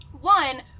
One